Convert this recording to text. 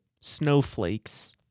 Snowflakes